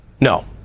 No